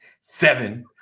seven